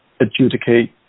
adjudicate